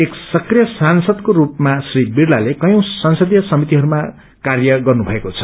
एक सक्रिय सांसदको रूपमा श्री बिड़लाले कवौं संसदीय समितिहरूमा कार्य गर्नुभएको छ